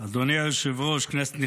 אדוני היושב-ראש, כנסת נכבדה,